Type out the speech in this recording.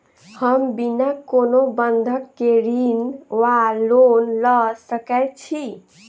हम बिना कोनो बंधक केँ ऋण वा लोन लऽ सकै छी?